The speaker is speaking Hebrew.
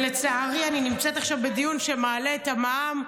לצערי, אני נמצאת עכשיו בדיון שמעלה את המע"מ.